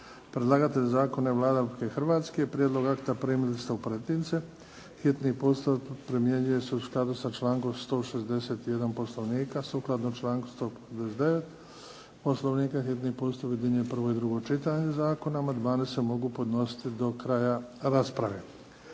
Predlagatelj zakona je Vlada Republike Hrvatske. Prijedlog akta primili ste u pretince. Hitni postupak primjenjuje se u skladu sa člankom 161. Poslovnika. Sukladno članku 159. Poslovnika hitni postupak objedinjuje prvo i drugo čitanje zakona. Amandmani se mogu podnositi do kraja rasprave.